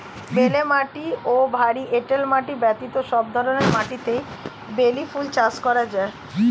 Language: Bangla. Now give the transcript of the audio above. বেলে মাটি ও ভারী এঁটেল মাটি ব্যতীত সব ধরনের মাটিতেই বেলি ফুল চাষ করা যায়